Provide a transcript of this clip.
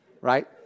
Right